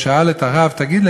שאל את הרב: תגיד לי,